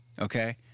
Okay